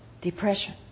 depression